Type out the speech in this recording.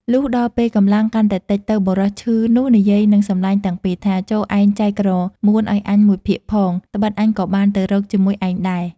លុះដល់ពេលកម្លាំងកាន់តែតិចទៅ បុរសឈឺនោះនិយាយនឹងសំឡាញ់ទាំងពីរថា "ចូរឯងចែកក្រមួនឲ្យអញមួយភាគផង ត្បិតអញក៏បានទៅរកជាមួយឯងដែរ"។